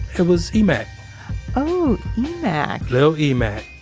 it was emac oh, emac little emac